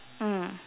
mm